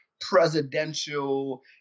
presidential